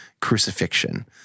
crucifixion